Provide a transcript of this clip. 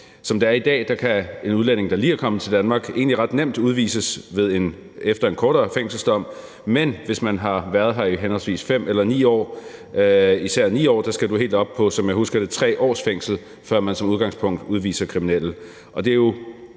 Som det er i dag, kan en udlænding, der lige er kommet til Danmark, egentlig ret nemt udvises efter en kortere fængselsstraf, men hvis man har været her i henholdsvis 5 eller 9 år, især 9 år, skal man helt op på, som jeg husker det, 3 års fængsel, før der som udgangspunkt udvises kriminelle,